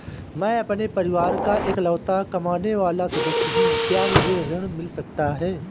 मैं अपने परिवार का इकलौता कमाने वाला सदस्य हूँ क्या मुझे ऋण मिल सकता है?